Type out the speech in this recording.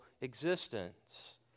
existence